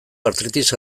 artritis